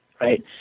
right